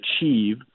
achieve